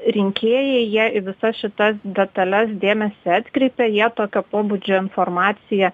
rinkėjai jie į visas šitas detales dėmesį atkreipia jie tokio pobūdžio informaciją